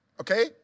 Okay